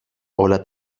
όλα